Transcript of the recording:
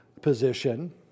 position